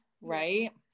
Right